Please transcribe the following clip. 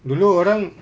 dulu orang